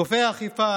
גופי האכיפה,